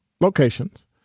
locations